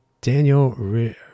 Daniel